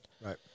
Right